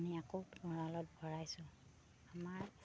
আমি আকৌ গঁৰালত ভৰাইছোঁ আমাৰ